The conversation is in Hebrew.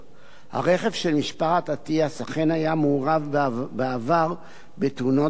הרכב של משפחת אטיאס אכן היה מעורב בעבר בתאונת דרכים,